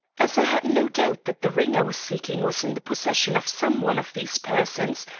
as i had no doubt that the ring i was seeking was in the possession of some one of these persons,